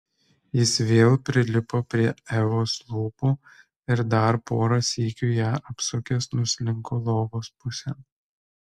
jis vėl prilipo prie evos lūpų ir dar porą sykių ją apsukęs nuslinko lovos pusėn